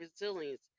resilience